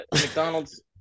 McDonald's